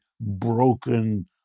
broken